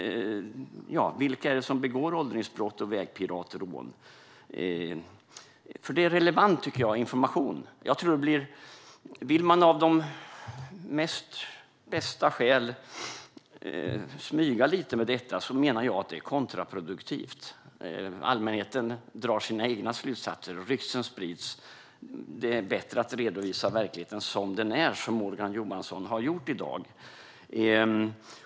Vilka är det som begår åldringsbrott och vägpiratrån? Det är relevant information, tycker jag. Vill man av de bästa skäl smyga lite med detta menar jag att det är kontraproduktivt. Allmänheten drar sina egna slutsatser, och rykten sprids. Det är bättre att redovisa verkligheten som den är, som Morgan Johansson har gjort i dag.